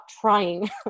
trying